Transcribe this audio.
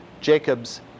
Jacob's